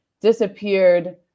disappeared